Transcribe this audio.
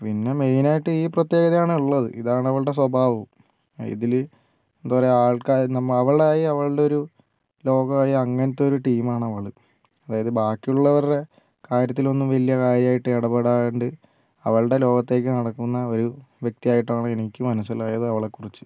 പിന്നെ മെയിനായിട്ട് ഈ പ്രത്യേകതയാണുള്ളത് ഇതാണവളുടെ സ്വഭാവവും ഇതില് എന്താ പറയുക ആൾക്കാര് നമ്മ അവളായി അവൾടെയൊരു ലോകമായി അങ്ങനത്തെ ഒരു ടീമാണ് അവള് അതായത് ബാക്കിയുള്ളോരുടെ കാര്യത്തിലൊന്നും വലിയ കാര്യായിട്ട് ഇടപെടാണ്ട് അവളുടെ ലോകത്തേക്കു നടക്കുന്ന ഒരു വ്യക്തിയായിട്ടാണ് എനിക്ക് മനസ്സിലായത് അവളെക്കുറിച്ച്